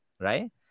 right